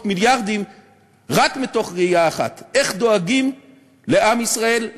מיליארדים רק מתוך ראייה אחת: איך דואגים לעם ישראל,